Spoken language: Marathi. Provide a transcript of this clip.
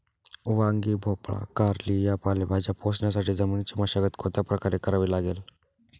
वांगी, भोपळा, कारली या फळभाज्या पोसण्यासाठी जमिनीची मशागत कोणत्या प्रकारे करावी लागेल?